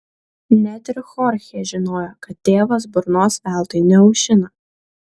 net ir chorchė žinojo kad tėvas burnos veltui neaušina